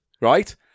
right